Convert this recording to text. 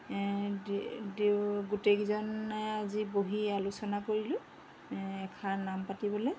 গোটেইকেইজনে আজি বহি আলোচনা কৰিলো এষাৰ নাম পাতিবলৈ